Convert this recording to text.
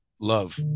love